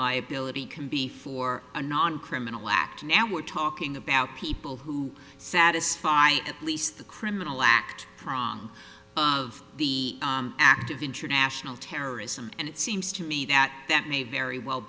liability can be for a non criminal act now we're talking about people who satisfy at least the criminal act prong of the act of international terrorism and it seems to me that that may very well